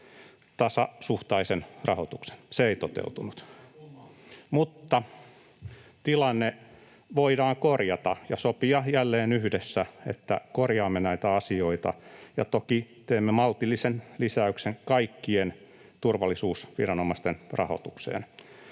tasasuhtaisen rahoituksen. Se ei toteutunut. Mutta tilanne voidaan korjata ja sopia jälleen yhdessä, että korjaamme näitä asioita, ja toki teemme maltillisen lisäyksen kaikkien turvallisuusviranomaisten rahoitukseen.